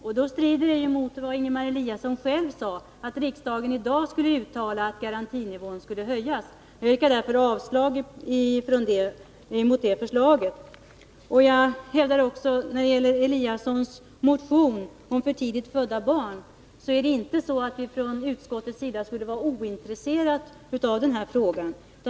Det önskemålet står mot vad Ingemar Eliasson sade om att riksdagen i dag skall uttala att garantinivån skall höjas. Jag yrkar därför avslag på detta förslag. Beträffande Ingemar Eliassons motion om för tidigt födda barn hävdar jag att utskottet inte är ointresserat.